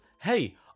hey